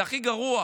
זה הכי גרוע.